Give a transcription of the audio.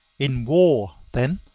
in war, then,